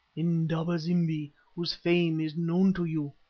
indaba-zimbi, whose fame is known to you.